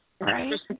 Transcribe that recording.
Right